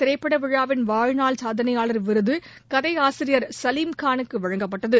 திரைப்பட விழாவின் வாழ்நாள் சாதனையாளர் விருது கதை ஆசிரியர் சலிம் காலுக்கு வழங்கப்பட்டது